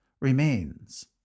remains